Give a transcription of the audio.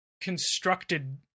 constructed